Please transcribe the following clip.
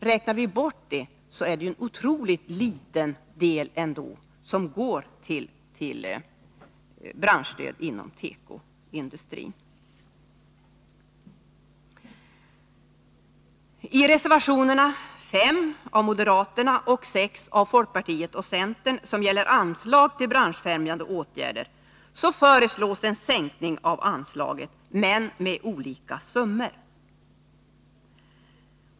Räknar vi bort detta, är det otroligt liten del av branschstödet som går till tekoindustrin. I reservationerna 5 av moderaterna och 6 av folkpartiet och centern, som gäller anslag till branschfrämjande åtgärder, föreslås sänkningar av anslaget, med litet olika summor.